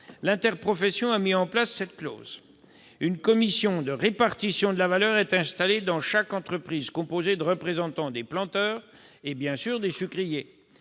L'interprofession a mis en place cette clause. Une commission de répartition de la valeur est installée dans chaque entreprise, composée des représentants des planteurs et, bien sûr, des sucriers.